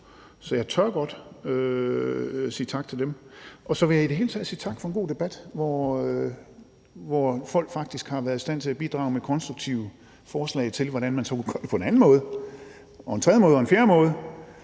så jeg tør godt sige tak til dem. Og så vil jeg i det hele taget sige tak for en god debat, hvor folk faktisk har været i stand til at bidrage med konstruktive forslag til, hvordan man så kunne gøre det på en anden måde og en tredje måde og en fjerde måde.